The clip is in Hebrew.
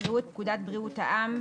יקראו את פקודת בריאות העם,